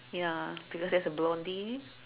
ya because there is a blondie